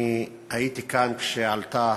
אני הייתי כאן כשעלתה